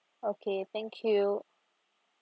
okay thank you